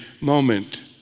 moment